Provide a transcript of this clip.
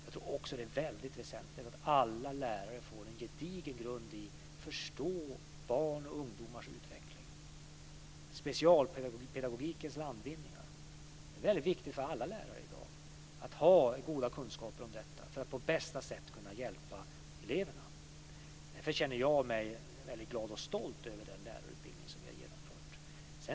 Jag tror också att det är väldigt väsentligt att alla lärare får en gedigen grund när det gäller att förstå barns och ungdomars utveckling och specialpedagogikens landvinningar. Det är väldigt viktigt för alla lärare i dag att ha goda kunskaper om detta, så att de på bästa sätt ska kunna hjälpa eleverna. Därför känner jag mig väldigt glad och stolt över den lärarutbildning som vi har genomfört.